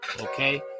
Okay